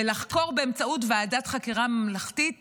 ולחקור באמצעות ועדת חקירה ממלכתית